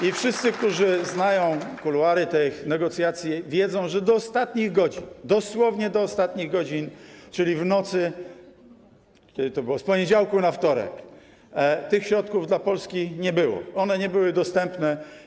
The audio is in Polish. I wszyscy, którzy znają kuluary tych negocjacji, wiedzą, że do ostatnich godzin, dosłownie do ostatnich godzin, czyli w nocy z poniedziałku na wtorek, tych środków dla Polski nie było, one nie były dostępne.